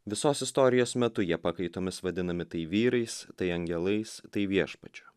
visos istorijos metu jie pakaitomis vadinami tai vyrais tai angelais tai viešpačiu